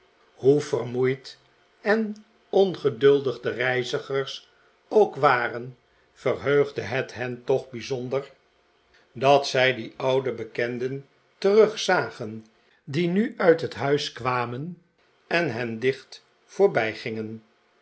hoe vermoeid en ongeduldig de reizigers ook waren verheugde het hen toch bijzonder dat maarten chuzzlewit zij die oude bekenden terugzagen die nu uit het huis kwamen en hen dicht